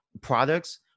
products